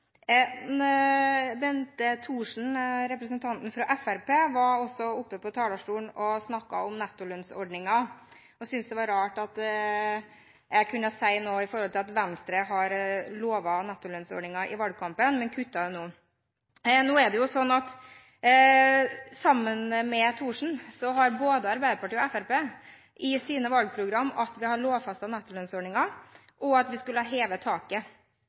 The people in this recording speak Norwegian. Bente Thorsen fra Fremskrittspartiet var også oppe på talerstolen og snakket om nettolønnsordningen. Hun syntes det var rart at jeg kunne si noe om at Venstre har lovet nettolønnsordning i valgkampen, men kuttet nå. Nå er det jo slik at både i Arbeiderpartiets og Fremskrittspartiets valgprogrammer vil man lovfeste nettolønnsordningen, og heve taket. Så der har